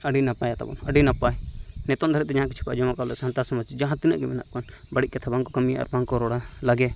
ᱟᱰᱤ ᱱᱟᱯᱟᱭᱟ ᱛᱟᱵᱚᱱ ᱟᱰᱤ ᱱᱟᱯᱟᱭ ᱱᱤᱛᱚᱝ ᱫᱷᱟᱵᱤᱡ ᱛᱮ ᱡᱟᱦᱟᱸ ᱠᱤᱪᱷᱩ ᱯᱮ ᱟᱸᱧᱡᱚᱢ ᱟᱠᱟᱜᱼᱟ ᱵᱚᱞᱮ ᱥᱟᱱᱛᱟᱲ ᱥᱚᱢᱟᱡᱽ ᱡᱟᱦᱟ ᱛᱚᱱᱟᱹᱜ ᱜᱮ ᱢᱮᱱᱟᱜ ᱵᱚᱱ ᱵᱟᱲᱤᱡ ᱠᱟᱛᱷᱟ ᱵᱟᱝᱠᱚ ᱠᱟᱹᱢᱤᱭᱟ ᱟᱨ ᱵᱟᱝᱠᱚ ᱨᱚᱲᱟ ᱞᱟᱜᱮ